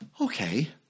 okay